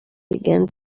began